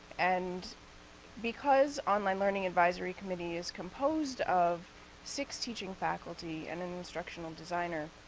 and because online learning advisory committee is composed of six teaching faculty and an instructional designer,